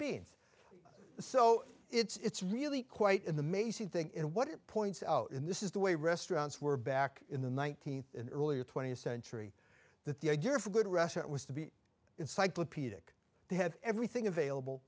beans so it's really quite amazing thing and what it points out in this is the way restaurants were back in the nineteenth and early twentieth century that the idea of a good restaurant was to be encyclopedic they have everything available